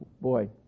boy